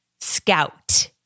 Scout